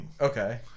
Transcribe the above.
Okay